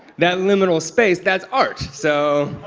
that liminal space, that's art. so